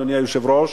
אדוני היושב-ראש,